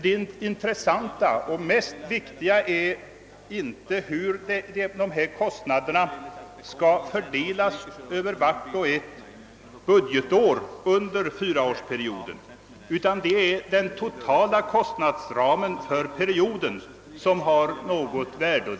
Det intressanta och viktigaste är inte hur kostnaderna skall fördelas på varje budgetår under fyraårsperioden, utan det är den totala kostnadsramen för perioden som är av betydelse.